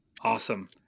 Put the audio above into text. Awesome